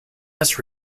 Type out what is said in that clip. this